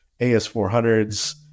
AS400s